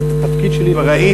אבל את התפקיד שלי לא,